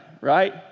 right